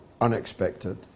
unexpected